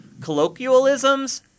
colloquialisms